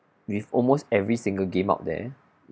with almost every single game out there